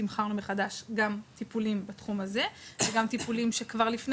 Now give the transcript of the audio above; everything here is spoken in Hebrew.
תמחרנו מחדש גם טיפולים בתחום הזה וגם טיפולים שכבר לפני